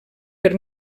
per